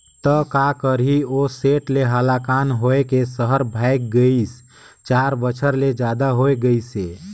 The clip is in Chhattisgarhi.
त का करही ओ सेठ ले हलाकान होए के सहर भागय गइस, चार बछर ले जादा हो गइसे